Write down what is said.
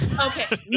Okay